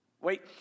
Wait